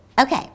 Okay